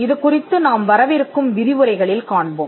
இது குறித்து நாம் வரவிருக்கும் விரிவுரைகளில் காண்போம்